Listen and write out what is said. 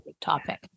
topic